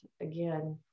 again